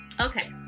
Okay